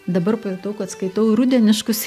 dabar pajutau kad skaitau rudeniškus